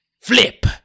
Flip